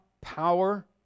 power